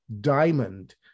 diamond